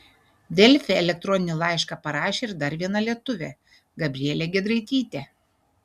delfi elektroninį laišką parašė ir dar viena lietuvė gabrielė giedraitytė